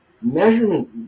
measurement